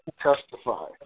testify